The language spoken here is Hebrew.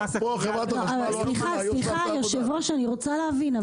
סליחה, היושב-ראש, אני רוצה להבין.